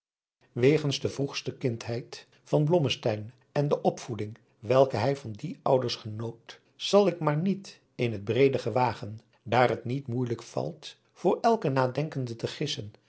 wegens de vroegste kindschheid van blommesteyn en de opvoeding welke hij van die ouders genoot zal ik maar niet in het breede gewagen daar het niet moeijelijk valt voor elken nadenkenden te gissen